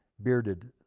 bearded,